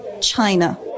China